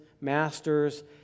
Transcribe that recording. masters